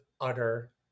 utter